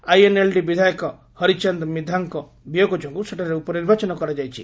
INLD ବିଧାୟକ ହରିଚାନ୍ଦ ମିଧାଙ୍କ ବିୟୋଗ ଯୋଗୁଁ ସେଠାରେ ଉପନିର୍ବାଚନ କରାଯାଇଛି